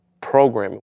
programming